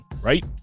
right